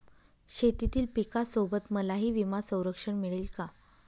शेतीतील पिकासोबत मलाही विमा संरक्षण मिळेल का?